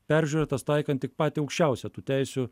peržiūrėtas taikant tik patį aukščiausią tų teisių